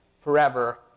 forever